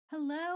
Hello